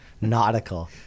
nautical